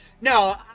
no